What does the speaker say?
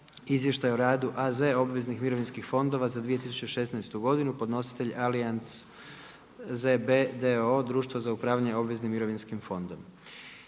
Izvještaj o radu AZ obveznih mirovinskih fondova za 2016. godinu. Podnositelj je Allianz ZB d.o.o, društvo za upravljanje obveznim mirovinskim fondom.